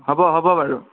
হ'ব হ'ব বাৰু